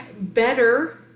better